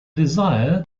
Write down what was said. desire